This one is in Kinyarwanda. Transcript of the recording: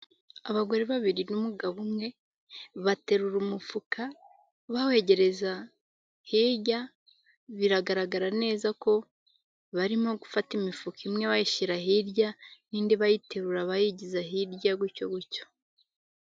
Abagore babiri n'umugabo umwe, baterura umufuka bawegereza hirya, biragaragara neza ko barimo gufata imifuka imwe bayishyira hirya, n'indi bayiterura abayigiza hirya, gutyo gutyo.